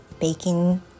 baking